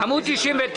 עמוד 99,